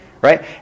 right